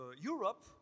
Europe